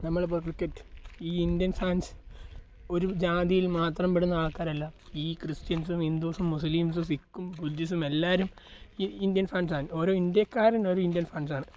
നമ്മളിപ്പോൾ ക്രിക്കറ്റ് ഈ Indian fans ഒരു ജാതിയിൽ മാത്രം പെടുന്ന ആൾക്കാരല്ല ഈ ക്രിസ്ത്യൻസും ഹിന്ദുസും മുസ്ലീംസും സിക്കും ഗുൽജീസും എല്ലാവരും ഇ ഇന്ത്യൻ ഫാൻസാണ് ഓരോ ഇന്ത്യക്കാരൻ ഒരു ഇന്ത്യൻ ഫാൻസ് ആണ്